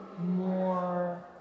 more